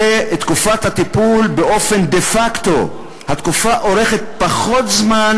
ותקופת הטיפול דה-פקטו אורכת פחות זמן